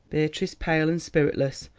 beatrice, pale and spiritless,